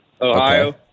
Ohio